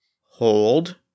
hold